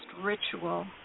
ritual